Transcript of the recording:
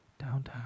downtown